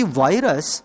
virus